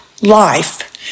life